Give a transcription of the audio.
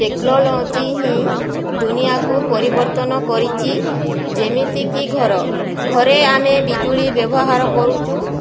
technology ହିଁ ଦୁନିଆକୁ ପରିବର୍ତ୍ତନ କରିଛି ଯେମିତିକି ଘର ଘରେ ଆମେ ବିଜୁଳି ବ୍ୟବହାର କରୁଛୁ